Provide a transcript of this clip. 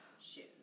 shoes